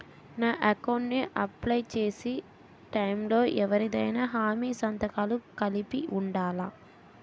నా అకౌంట్ ను అప్లై చేసి టైం లో ఎవరిదైనా హామీ సంతకాలు కలిపి ఉండలా?